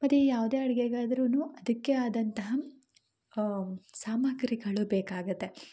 ಅದೇ ಯಾವುದೇ ಅಡುಗೇಗಾದ್ರು ಅದಕ್ಕೆ ಆದಂತಹ ಸಾಮಗ್ರಿಗಳು ಬೇಕಾಗುತ್ತೆ